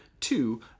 two